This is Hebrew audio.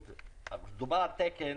מדובר על תקן